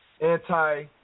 anti